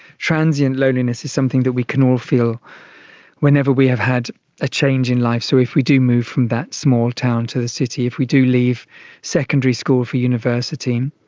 transient loneliness is something that we can all feel whenever we have had a change in life. so if we do move from that small town to the city, if we do leave secondary school for university,